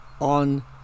on